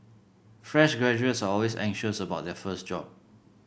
fresh graduates are always anxious about their first job